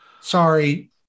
Sorry